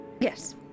Yes